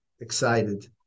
excited